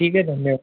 ठीक है धन्य